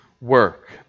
work